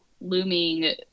looming